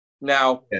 Now